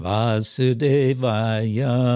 Vasudevaya